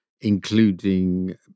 including